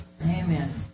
Amen